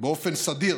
באופן סדיר